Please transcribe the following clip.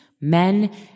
men